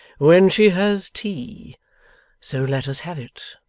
when she has tea so let us have it,